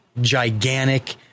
gigantic